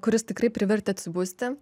kuris tikrai privertė atsibusti